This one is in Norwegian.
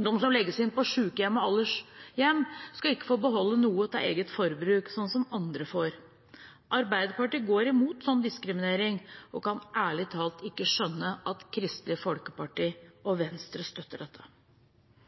De som legges inn på sjukehjem og aldershjem, skal ikke få beholde noe til eget forbruk, sånn som andre får. Arbeiderpartiet går imot sånn diskriminering og kan ærlig talt ikke skjønne at Kristelig Folkeparti og Venstre støtter dette.